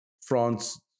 France